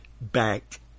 back